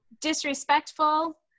disrespectful